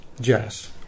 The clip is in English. jazz